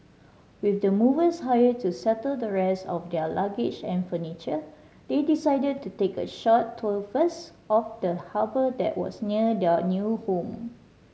with the movers hired to settle the rest of their luggage and furniture they decided to take a short tour first of the harbour that was near their new home